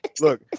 look